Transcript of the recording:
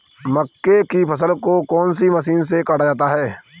मक्के की फसल को कौन सी मशीन से काटा जाता है?